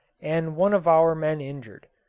and one of our men injured.